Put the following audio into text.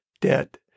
dead